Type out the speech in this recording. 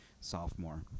sophomore